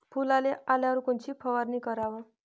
फुलाले आल्यावर कोनची फवारनी कराव?